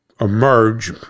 emerge